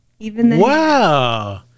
Wow